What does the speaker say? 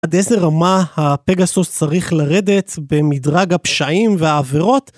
עד איזה רמה הפגסוס צריך לרדת במדרג הפשעים והעבירות?